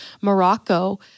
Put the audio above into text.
Morocco